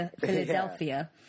Philadelphia